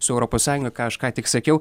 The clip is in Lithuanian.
su europos sąjunga ką aš ką tik sakiau